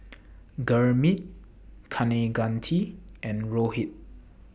Gurmeet Kaneganti and Rohit